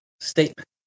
statement